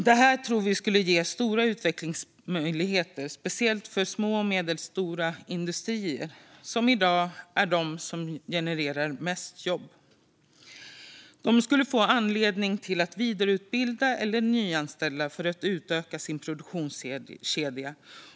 Det här tror vi skulle ge stora utvecklingsmöjligheter, speciellt för små och medelstora industrier, som i dag är de som genererar flest jobb. De skulle få anledning att vidareutbilda eller nyanställa för att utöka sin produktionskedja.